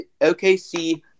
OKC